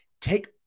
take